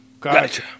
Gotcha